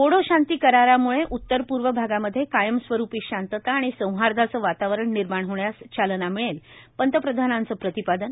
बोडो शांती करारामुळे उत्तर पूर्व भागामध्ये कायमस्वरूपी शांतता आणि सौहार्दाचं वातावरण निर्माण होण्यास चालना मिळेल पंतप्रधानांचं प्रतिपादन